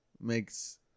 makes